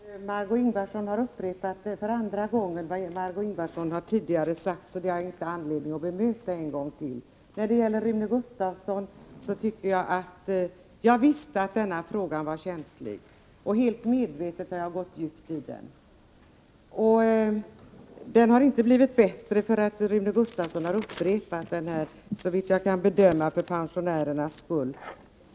Herr talman! Jag skall fatta mig mycket kort. Margo Ingvardsson har för andra gången upprepat vad hon tidigare sagt — det har jag inte anledning att bemöta en gång till. Till Rune Gustavsson vill jag säga att jag visste att denna fråga var känslig, och helt medvetet har jag gått djupt i den. Rune Gustavssons historieskrivning har inte blivit bättre för att han har upprepat den, såvitt jag kan bedöma för pensionärernas skull.